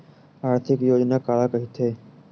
आर्थिक योजना काला कइथे?